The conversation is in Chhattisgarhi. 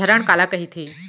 धरण काला कहिथे?